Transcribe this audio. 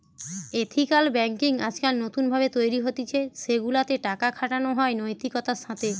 ethical banking আজকাল নতুন ভাবে তৈরী হতিছে সেগুলা তে টাকা খাটানো হয় নৈতিকতার সাথে